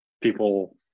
people